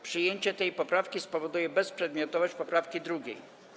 Przyjęcie tej poprawki spowoduje bezprzedmiotowość poprawki 2.